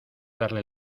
darle